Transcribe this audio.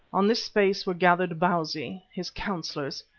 on this space were gathered bausi, his councillors,